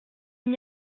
n’y